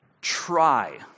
try